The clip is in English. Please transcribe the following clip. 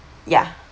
ya